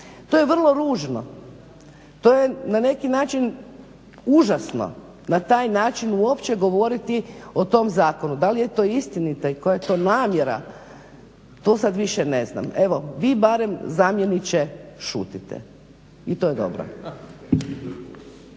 To je vrlo ružno, to je na neki način užasno na taj način uopće govoriti o tom zakonu. Da li je to istinita i koja je to namjera to sad više ne znam. Evo vi barem zamjeniče šutite i to je dobro.